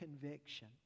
conviction